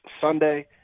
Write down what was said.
Sunday